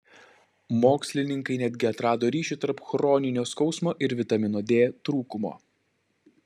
mokslininkai netgi atrado ryšį tarp chroninio skausmo ir vitamino d trūkumo